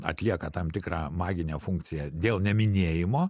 atlieka tam tikrą maginę funkciją dėl neminėjimo